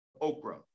okra